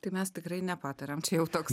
tai mes tikrai nepatariam čia jau toks